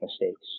mistakes